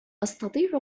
أستطيع